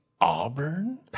Auburn